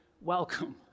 welcome